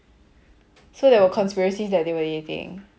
so that were conspiracies that they were dating